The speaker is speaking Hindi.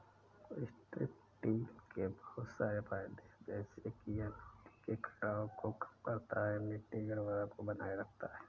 स्ट्रिप टील के बहुत सारे फायदे हैं जैसे कि यह मिट्टी के कटाव को कम करता है, मिट्टी की उर्वरता को बनाए रखता है